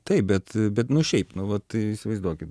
taip bet bet nu šiaip nu vat įsivaizduokit